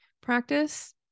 practice